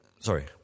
sorry